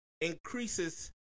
increases